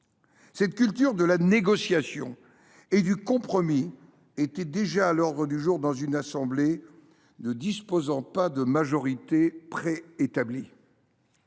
Cette culture de la négociation et du compromis était déjà à l’ordre du jour dans une assemblée ne disposant pas de majorité préétablie,